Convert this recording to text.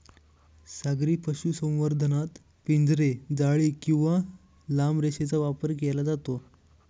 सागरी पशुसंवर्धनात पिंजरे, जाळी किंवा लांब रेषेचा वापर केला जातो